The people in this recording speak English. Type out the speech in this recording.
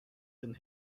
than